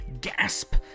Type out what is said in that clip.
gasp